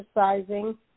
exercising